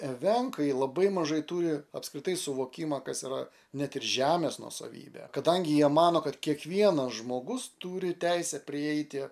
evenkai labai mažai turi apskritai suvokimą kas yra ne tik žemės nuosavybė kadangi jie mano kad kiekvienas žmogus turi teisę prieiti